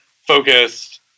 focused